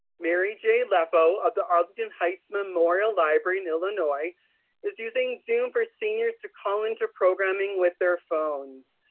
mary j. lepo of the arlington heights memorial library in illinois is using zoom for seniors to call into programing with their phones.